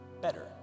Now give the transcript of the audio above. better